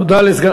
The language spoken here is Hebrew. תודה.